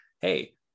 hey